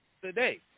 today